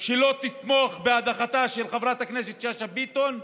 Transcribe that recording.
שלא תתמוך בהדחתה של חברת הכנסת יפעת שאשא ביטון,